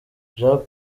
jack